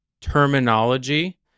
terminology